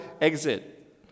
exit